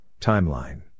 Timeline